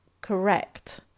correct